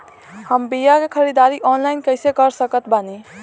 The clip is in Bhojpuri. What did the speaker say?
हम बीया के ख़रीदारी ऑनलाइन कैसे कर सकत बानी?